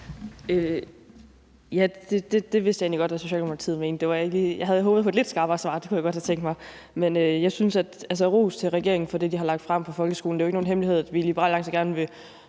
Det vidste jeg egentlig godt at Socialdemokratiet mente. Jeg havde håbet på et lidt skarpere svar; det kunne jeg godt have tænkt mig. Men ros til regeringen for det, de har lagt frem på folkeskoleområdet. Det er jo ikke nogen hemmelighed, at vi i Liberal Alliance gerne ville